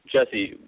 Jesse